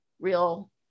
real